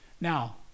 Now